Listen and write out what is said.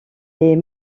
les